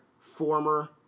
former